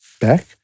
back